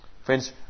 Friends